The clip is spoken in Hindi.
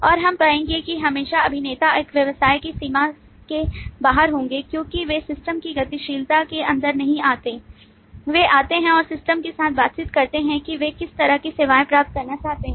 और हम पाएंगे कि हमेशा अभिनेता इस व्यवसाय की सीमा के बाहर होंगे क्योंकि वे सिस्टम की गतिशीलता के अंदर नहीं हैं वे आते हैं और सिस्टम के साथ बातचीत करते हैं कि वे किस तरह की सेवाएं प्राप्त करना चाहते हैं